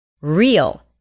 real